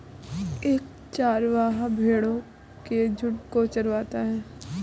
एक चरवाहा भेड़ो के झुंड को चरवाता है